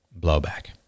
blowback